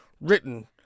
written